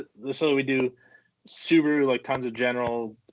this is what we do subaru, like tons of general